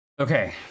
Okay